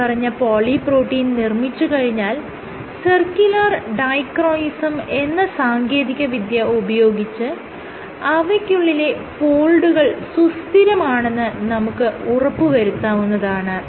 മേല്പറഞ്ഞ പോളിപ്രോട്ടീൻ നിർമ്മിച്ചു കഴിഞ്ഞാൽ സർക്കുലർ ഡൈക്രോയിസം എന്ന സാങ്കേതിക വിദ്യ ഉപയോഗിച്ച് അവയ്ക്കുള്ളിലെ ഫോൾഡുകൾ സുസ്ഥിരമാണെന്ന് നമുക്ക് ഉറപ്പുവരുത്താവുന്നതാണ്